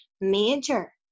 major